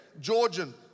Georgian